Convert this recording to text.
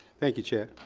thank you chet.